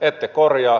ette korjaa